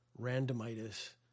randomitis